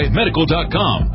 medical.com